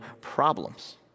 problems